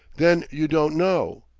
then you don't know!